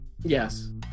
Yes